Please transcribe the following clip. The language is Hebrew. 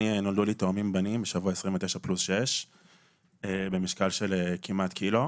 נולדו לי תאומים בנים בשבוע 29 פלוס 6 במשקל של כמעט קילו.